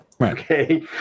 okay